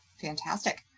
Fantastic